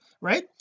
right